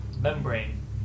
membrane